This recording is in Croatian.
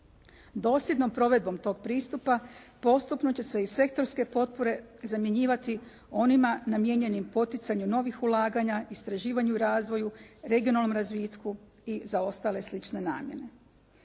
Dosljednom provedbom tog pristupa, postupno će se i sektorske potpore zamjenjivati onima namijenjenim poticanju novih ulaganja, istraživanja u razvoju, regionalnom razvitku i za ostale slične namjene.